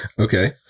Okay